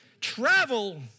Travel